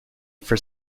for